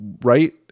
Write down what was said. right